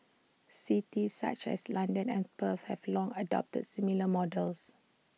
cities such as London and Perth have long adopted similar models